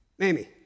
Amy